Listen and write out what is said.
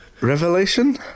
revelation